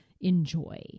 enjoy